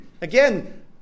again